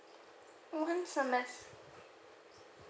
one semes~